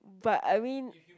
but I mean